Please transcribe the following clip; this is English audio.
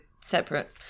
separate